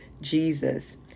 Jesus